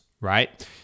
right